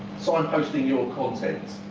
signposting your content.